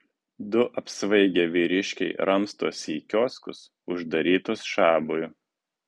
du apsvaigę vyriškiai ramstosi į kioskus uždarytus šabui